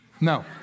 No